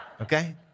Okay